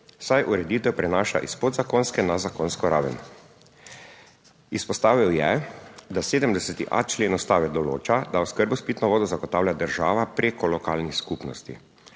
saj ureditev prenaša iz podzakonske na zakonsko raven. Izpostavil je, da 70.a člen Ustave določa, da oskrbo s pitno vodo zagotavlja država preko lokalnih skupnosti